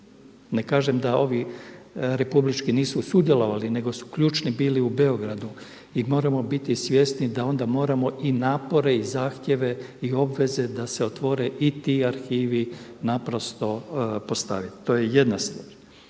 Ne kažem da ovi republički nisu sudjelovali, nego su ključni bili u Beogradu i moramo biti svjesni da onda moramo i napore i zahtjeve i obveze da se otvore i ti arhivi naprosto postavi. To je jedna stvar.